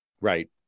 Right